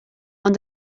ond